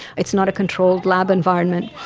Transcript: it's not a controlled lab environment.